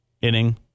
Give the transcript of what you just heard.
inning